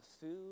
food